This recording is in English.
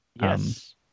Yes